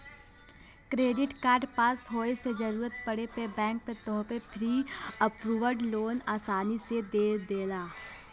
credit card पास होये से जरूरत पड़े पे बैंक तोहके प्री अप्रूव्ड लोन आसानी से दे देला